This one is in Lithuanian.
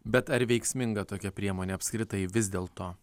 bet ar veiksminga tokia priemonė apskritai vis dėlto